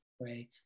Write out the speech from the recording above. right